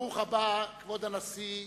ברוך הבא, כבוד הנשיא,